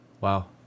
Wow